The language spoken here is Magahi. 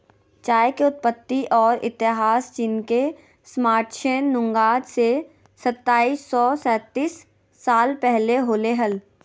चाय के उत्पत्ति और इतिहासचीनके सम्राटशैन नुंगआज से सताइस सौ सेतीस साल पहले होलय हल